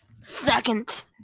second